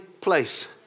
place